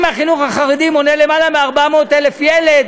אם החינוך החרדי מונה יותר מ-400,000 ילד,